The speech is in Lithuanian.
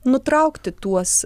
nutraukti tuos